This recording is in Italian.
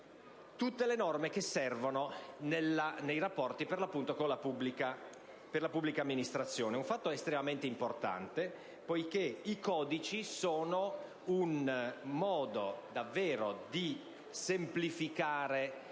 tutte le norme che servono nei rapporti con la pubblica amministrazione. È questo un fatto estremamente importante, poiché i codici sono davvero un modo di semplificare